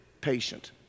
patient